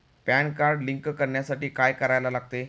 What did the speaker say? Pan card link करण्यासाठी काय करायला लागते?